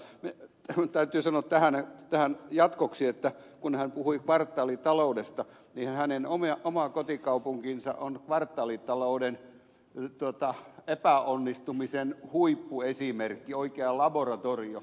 minun täytyy sanoa tähän jatkoksi kun hän puhui kvartaalitaloudesta että hänen oma kotikaupunkinsa on kvartaalitalouden epäonnistumisen huippuesimerkki oikea laboratorio